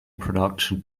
production